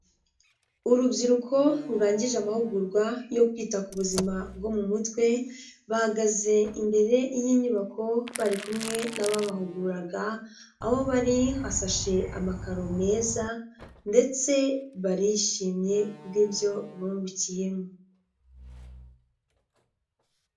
Urubyiruko rurangije amahugurwa yo kwita ku buzima bwo mu mutwe, bahagaze imbere y'inyubako bari kumwe n'ababahuguraga, aho bari hashashe amakaro meza ndetse barishimye kubw'ibyo bungukiyemo.